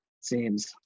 seems